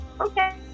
Okay